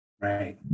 Right